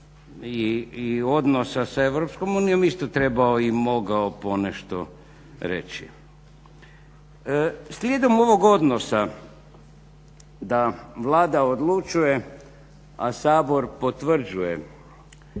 i odnosa sa EU isto trebao i mogao ponešto reći. Slijedom ovog odnosa da Vlada odlučuje, a Sabor potvrđuje